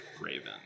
raven